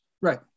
right